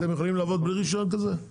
בתי מרקחת לא יכולים לעבוד בלי רישיון כזה,